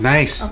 Nice